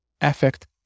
effect